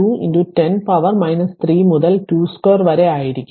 2 10 പവറിന്റെ 3 മുതൽ 2 2 വരെ ആയിരിക്കും അതിനാൽ WL 0